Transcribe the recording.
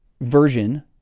version